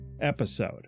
episode